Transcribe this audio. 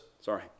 sorry